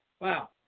Wow